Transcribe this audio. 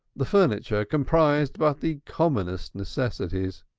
the furniture comprised but the commonest necessities.